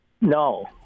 No